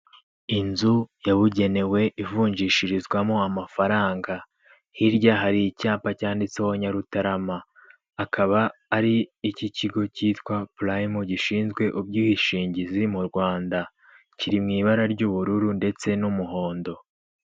Inzu yabugenewe ivunjishirizwamo amafaranga, hirya hari icyapa cyanditseho Nyarutarama, akaba ari iki kigo cyitwa Purayime gishinzwe ubwishingizi mu Rwanda, kiri mu ibara ry'ubururu ndetse n'umuhondo.